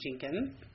Jenkins